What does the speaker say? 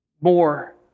more